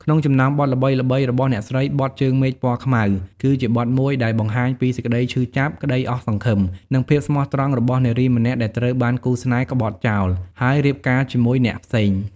ក្នុងចំណោមបទល្បីៗរបស់អ្នកស្រី បទ ជើងមេឃពណ៌ខ្មៅ គឺជាបទមួយដែលបង្ហាញពីសេចក្តីឈឺចាប់ ក្តីអស់សង្ឃឹម និងភាពស្មោះត្រង់របស់នារីម្នាក់ដែលត្រូវបានគូស្នេហ៍ក្បត់ចោល ហើយរៀបការជាមួយអ្នកផ្សេង។